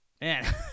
man